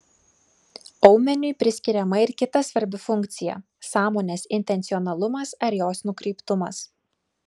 aumeniui priskiriama ir kita svarbi funkcija sąmonės intencionalumas ar jos nukreiptumas